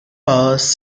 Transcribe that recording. powers